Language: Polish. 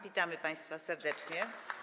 Witamy państwa serdecznie.